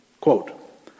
Quote